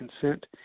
consent